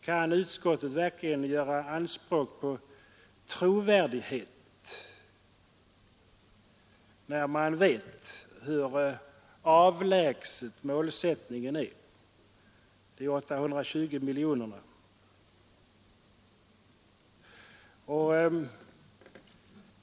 Kan utskottet där verkligen göra anspråk på trovärdighet, när utskottet vet hur avlägsen målsättningen på 820 miljoner kronor är?